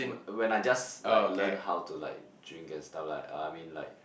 when I just like learn how to like drink and stuff like uh I mean like